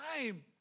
time